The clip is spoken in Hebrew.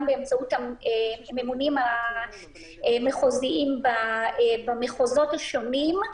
באמצעות הממונים המחוזיים במחוזות השונים.